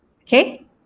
Okay